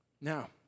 Now